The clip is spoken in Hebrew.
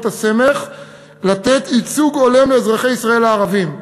הסמך לתת ייצוג הולם לאזרחי ישראל הערבים.